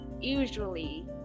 usually